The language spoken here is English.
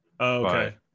okay